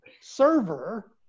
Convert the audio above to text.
server